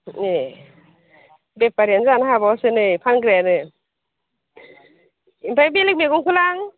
ए बेपारियानो जानो हाबावासो नै फानग्रायानो ओमफ्राय बेलेग मैगंखौ लां